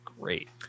great